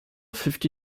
fifty